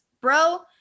bro